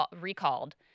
recalled